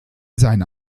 seine